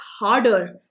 harder